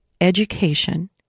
education